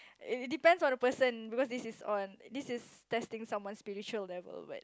it depends on the person because this is on this is testing someone's spiritual level but